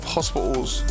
Hospital's